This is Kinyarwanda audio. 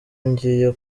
ngiye